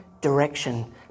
direction